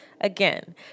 Again